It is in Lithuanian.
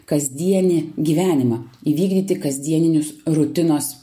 kasdienį gyvenimą įvykdyti kasdieninius rutinos